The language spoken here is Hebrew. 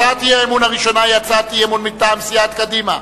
הצעת האי-אמון הראשונה היא הצעת אי-אמון מטעם סיעת קדימה,